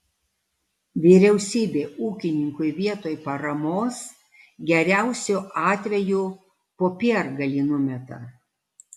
vyriausybė ūkininkui vietoj paramos geriausiu atveju popiergalį numeta